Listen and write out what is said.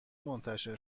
منتشر